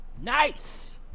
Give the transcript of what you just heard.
Nice